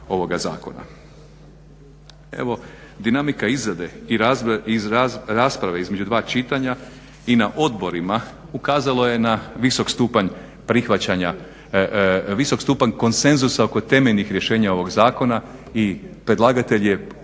dinamika izrade i rasprave između dva čitanja i na odborima ukazalo je na visok stupanj prihvaćanja, visok stupanj konsenzusa oko temeljnih rješenja ovog zakona i predlagatelj je između